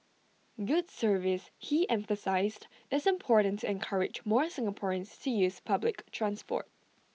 good service he emphasised is important to encourage more Singaporeans to use public transport